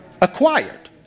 Acquired